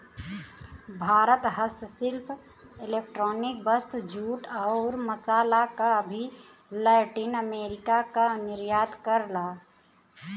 भारत हस्तशिल्प इलेक्ट्रॉनिक वस्तु, जूट, आउर मसाल क भी लैटिन अमेरिका क निर्यात करला